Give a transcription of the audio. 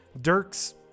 Dirk's